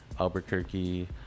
Albuquerque